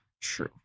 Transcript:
True